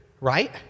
right